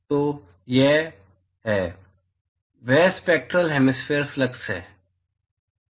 तो वह है वह स्पैक्टरल हैमिस्फैरिकल फ्लक्स है